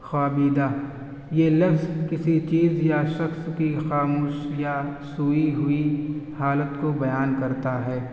خوابیدہ یہ لفظ کسی چیز یا شخص کی خاموش یا سوئی ہوئی حالت کو بیان کرتا ہے